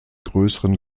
größeren